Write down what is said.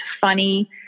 funny